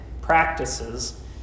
practices